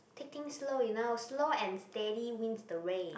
take things slow you now slow and steady wins the race